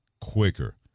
quicker